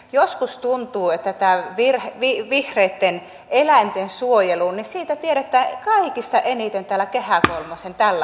joskus tuntuu että tämä vihreitten eläinten suojelu siitä tiedetään kaikista eniten täällä kehä kolmosen tällä puolella